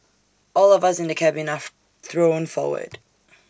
all of us in the cabin are thrown forward